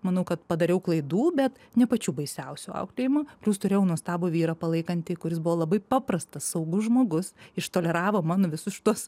manau kad padariau klaidų bet ne pačių baisiausių auklėjimo nes turėjau nuostabų vyrą palaikantį kuris buvo labai paprastas saugus žmogus ištoleravo mano visus šituos